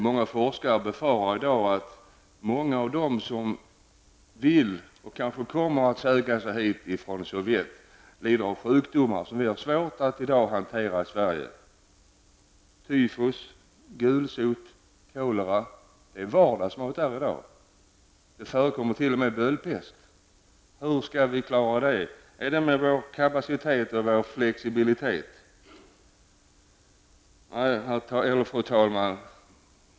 Många forskare befarar i dag att många av dem som vill och kanske kommer att söka sig till Sverige från Sovjetunionen lider av sjukdomar som vi i dag har svårt att hantera i Sverige, t.ex. tyfus, gulsot och kolera. Dessa sjukdomar är vardagsmat i Sovjetunionen i dag. Det förekommer t.o.m. böldpest. Hur skall vi klara detta? Är det med vår kapacitet och vår flexibilitet? Fru talman!